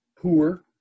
Poor